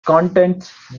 contents